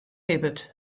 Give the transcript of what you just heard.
libbet